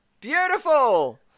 Beautiful